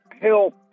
help